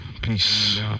Peace